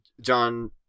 John